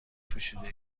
پوشیده